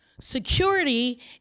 Security